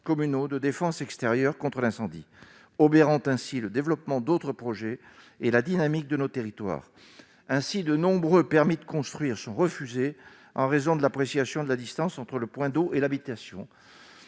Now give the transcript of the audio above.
communaux de défense extérieure contre l'incendie, obérant ainsi le développement d'autres projets et la dynamique de nos territoires ainsi de nombreux permis de construire sont refusés en raison de l'appréciation de la distance entre le point d'eau et l'habitation